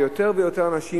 ויותר ויותר אנשים,